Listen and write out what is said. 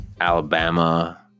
alabama